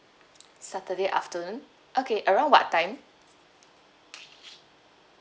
saturday afternoon okay around what time